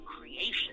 creation